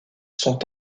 sont